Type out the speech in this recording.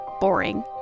boring